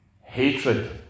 hatred